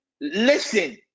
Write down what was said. listen